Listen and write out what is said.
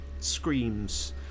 screams